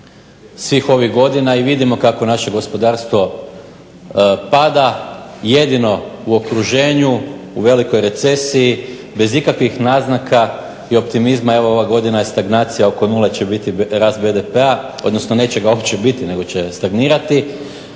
svih ovih godina i vidimo kako naše gospodarstvo pada, jedino u okruženju u velikoj recesiji bez ikakvih naznaka i optimizma ova godina je stagnacija, evo oko 0 će biti rast BDP-a, odnosno neće ga uopće biti nego će stagnirati.